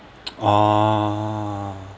orh